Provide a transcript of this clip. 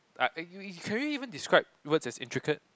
uh you you can you even describe words as intricate